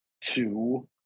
two